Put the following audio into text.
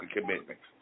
commitments